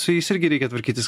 su jais irgi reikia tvarkytis